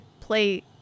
play